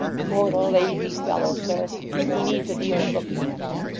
a mortal lazy fellow, sir he needs a deal of looking after